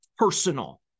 personal